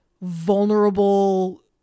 vulnerable